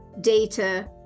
data